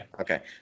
okay